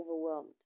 overwhelmed